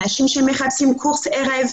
אנשים שמחפשים קורס ערב,